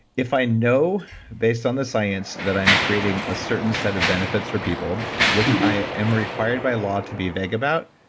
if i know based on the science that i'm creating a certain set of benefits for people, which i am required by law to be vague about,